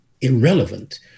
irrelevant